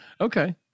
Okay